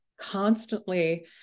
constantly